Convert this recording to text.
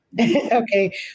Okay